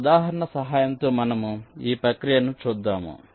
ఒక ఉదాహరణ సహాయంతో మనము ఈ ప్రక్రియను చూద్దాము